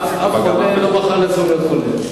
אף חולה לא בחר להיות חולה.